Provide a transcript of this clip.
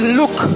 look